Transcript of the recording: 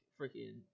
freaking